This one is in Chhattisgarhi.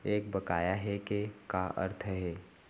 एक बकाया के का अर्थ हे?